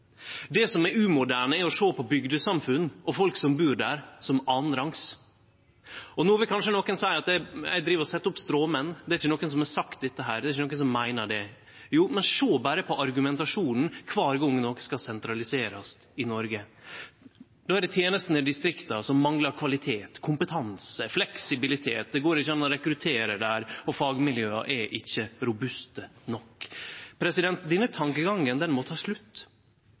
Det som er umoderne, er å sjå på bygdesamfunn og folk som bur der, som annanrangs. No vil kanskje nokon seie at eg driv og set opp stråmenn, at det ikkje er nokon som har sagt dette, og det ikkje er nokon som meiner det. Jo, men sjå berre på argumentasjonen kvar gong noko skal sentraliserast i Noreg. Då er det tenestene i distrikta som manglar kvalitet, kompetanse og fleksibilitet, det går ikkje an å rekruttere der, og fagmiljøa er ikkje robuste nok. Denne tankegangen må ta slutt.